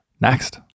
next